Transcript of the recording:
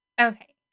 Okay